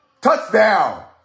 Touchdown